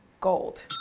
gold